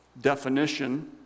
definition